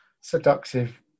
seductive